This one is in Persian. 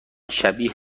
شبیه